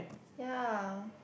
ya